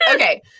Okay